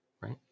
right